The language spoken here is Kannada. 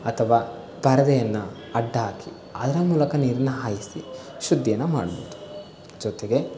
ಅಥವಾ ಪರದೆಯನ್ನು ಅಡ್ಡಹಾಕಿ ಅದರ ಮೂಲಕ ನೀರನ್ನು ಹಾಯಿಸಿ ಶುದ್ದಿಯನ್ನು ಮಾಡ್ಬೋದು ಜೊತೆಗೆ